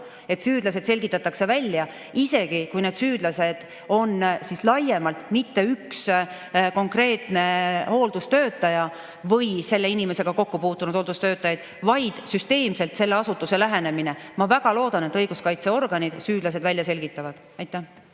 et süüdlased selgitatakse välja, isegi kui [süüdi ollakse] laiemalt, süüdi ei ole mitte üks konkreetne hooldustöötaja või selle inimesega kokku puutunud hooldustöötajad, vaid kui [süüdi on] süsteemselt selle asutuse lähenemine. Ma väga loodan, et õiguskaitseorganid süüdlased välja selgitavad. Suur